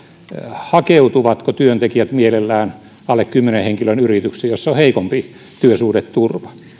hakeutuvatko työntekijät mielellään alle kymmenen henkilön yrityksiin joissa on heikompi työsuhdeturva